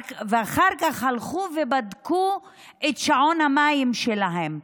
ואחר כך הלכו ובדקו את שעון המים שלהם,